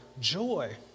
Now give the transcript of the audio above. joy